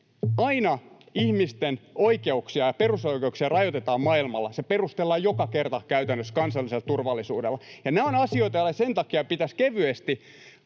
aina ihmisten oikeuksia ja perusoikeuksia rajoitetaan maailmalla, perustellaan joka kerta käytännössä kansallisella turvallisuudella. Ja nämä ovat asioita, joille sen takia ei pitäisi kevyesti